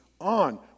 on